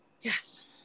Yes